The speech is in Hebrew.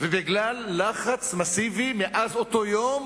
ובגלל לחץ מסיבי, מאז אותו יום,